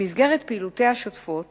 במסגרת פעילויותיה השוטפות